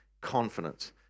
confidence